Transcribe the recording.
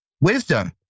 wisdom